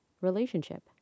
relationship